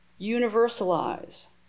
universalize